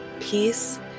peace